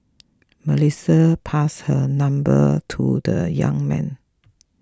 Melissa passed her number to the young man